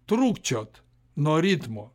trūkčiot nuo ritmo